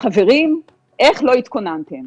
חברים איך לא התכוננתם?